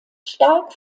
stark